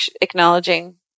acknowledging